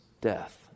death